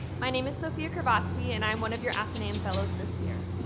my name is sophia krivatsy, and i'm one of your athenaeum fellows this year.